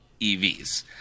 EVs